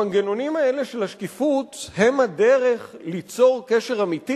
המנגנונים האלה של השקיפות הם הדרך ליצור קשר אמיתי